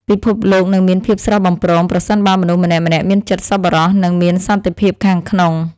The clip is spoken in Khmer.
ពិភពលោកនឹងមានភាពស្រស់បំព្រងប្រសិនបើមនុស្សម្នាក់ៗមានចិត្តសប្បុរស និង មានសន្តិភាពខាងក្នុង។